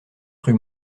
rue